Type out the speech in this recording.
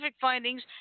findings